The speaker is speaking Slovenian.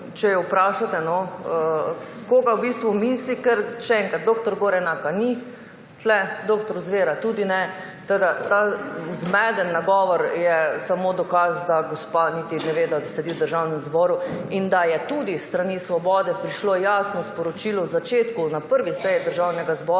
če jo vprašate, koga v bistvu misli. Ker, še enkrat, dr. Gorenaka ni tu, dr. Zvera tudi ne, tako da ta zmedeni nagovor je samo dokaz, da gospa niti ne ve, da sedi v Državnem zboru in da je tudi s strani Svobode prišlo jasno sporočilo na začetku, na prvi seji Državnega zbora,